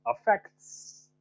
affects